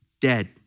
dead